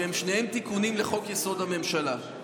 שניהם תיקונים לחוק-יסוד: הממשלה.